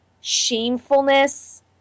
shamefulness